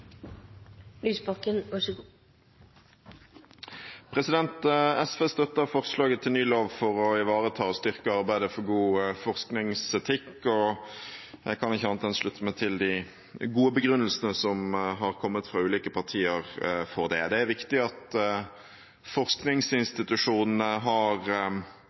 SV støtter forslaget til ny lov for å ivareta og styrke arbeidet for god forskningsetikk, og jeg kan vel ikke annet enn å slutte meg til de gode begrunnelsene som har kommet fra ulike partier for det. Det er viktig at forskningsinstitusjonene har